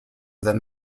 than